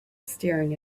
staring